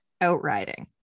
outriding